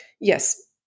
yes